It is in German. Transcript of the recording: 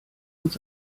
uns